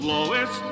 Lois